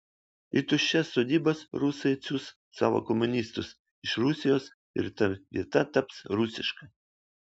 į tuščias sodybas rusai atsiųs savo kolonistus iš rusijos ir ta vieta taps rusiška